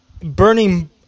burning